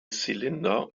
cylinder